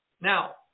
Now